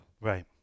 Right